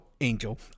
Angel